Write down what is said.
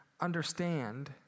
understand